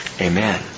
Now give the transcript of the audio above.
Amen